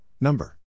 Number